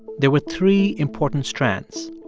there were three important strands.